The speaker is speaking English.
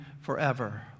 forever